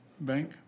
bank